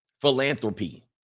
philanthropy